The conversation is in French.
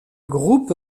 groupe